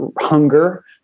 hunger